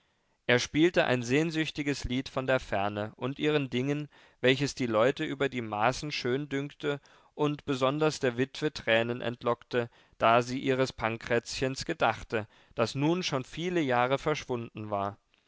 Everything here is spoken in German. er spielte ein sehnsüchtiges lied von der ferne und ihren dingen welches die leute über die maßen schön dünkte und besonders der witwe tränen entlockte da sie ihres pankräzchens gedachte das nun schon viele jahre verschwunden war